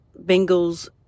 Bengals